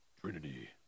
Trinity